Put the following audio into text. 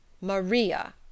Maria